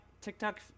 Tiktok